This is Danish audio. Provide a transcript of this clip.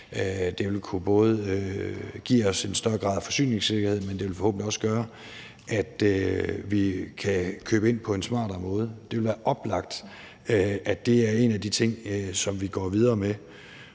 Det ville både kunne give os en større grad af forsyningssikkerhed, men det ville forhåbentlig også gøre, at vi kan købe ind på en smartere måde. Det vil være oplagt, at det er en af de ting, som vi går videre med,